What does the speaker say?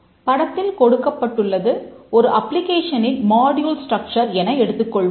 படத்தில் கொடுக்கப்பட்டுள்ளது ஒரு அப்ளிக்கேஷனின் மாடியூல் ஸ்ட்ரக்சர் என எடுத்துக் கொள்வோம்